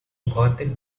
gothic